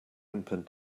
open